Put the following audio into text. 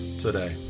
today